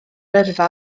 yrfa